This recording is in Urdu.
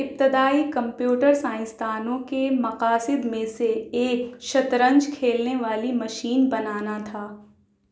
ابتدائی کمپیوٹر سائنس دانوں کے مقاصد میں سے ایک شطرنج کھیلنے والی مشین بنانا تھا